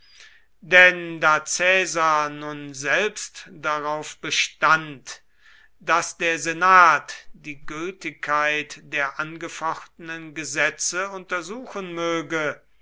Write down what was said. denn da caesar nun selbst darauf bestand daß der senat die gültigkeit der angefochtenen gesetze untersuchen möge